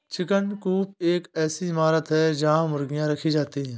chicken coop एक ऐसी इमारत है जहां मुर्गियां रखी जाती हैं